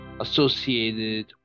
associated